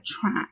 track